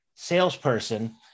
salesperson